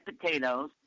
potatoes